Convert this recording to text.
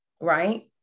right